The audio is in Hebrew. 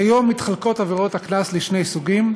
כיום עבירות הקנס מתחלקות לשני סוגים: